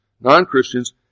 non-Christians